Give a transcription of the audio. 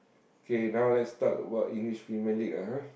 K now let's talk about English Premier-League ah